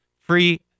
free